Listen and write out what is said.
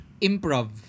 improv